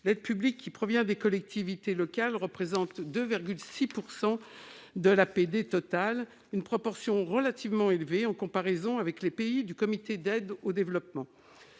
L'aide publique provenant des collectivités locales représente 2,6 % de l'APD totale, une proportion relativement élevée en comparaison avec les autres pays du Comité d'aide au développement.